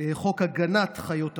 חוק הגנת חיות הבר.